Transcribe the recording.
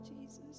Jesus